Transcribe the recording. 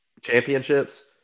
championships